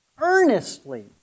Earnestly